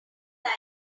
like